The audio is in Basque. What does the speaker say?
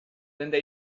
denda